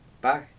bye